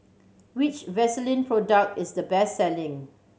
which Vaselin product is the best selling